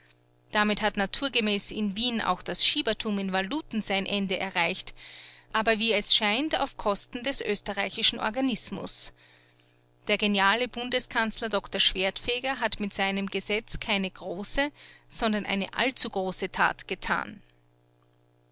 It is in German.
damit hat naturgemäß in wien auch das schiebertum in valuten sein ende erreicht aber wie es scheint auf kosten des österreichischen organismus der geniale bundeskanzler doktor schwertfeger hat mit seinem gesetz keine große sondern eine allzugroße tat getan